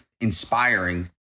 Inspiring